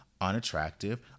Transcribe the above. unattractive